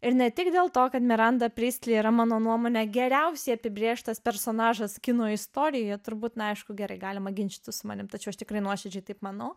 ir ne tik dėl to kad miranda pristli yra mano nuomone geriausiai apibrėžtas personažas kino istorijoje turbūt aišku gerai galima ginčytis su manimi tačiau aš tikrai nuoširdžiai taip manau